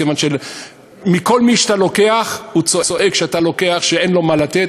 כיוון שכל מי שאתה לוקח ממנו צועק כשאתה לוקח שאין לו מה לתת,